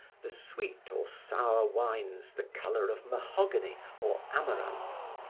the sweet or sour wines the color of mahogany or amaranth,